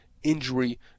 injury